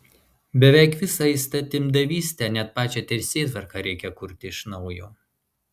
beveik visą įstatymdavystę net pačią teisėtvarką reikia kurti iš naujo